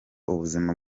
ubuzima